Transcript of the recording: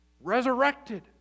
resurrected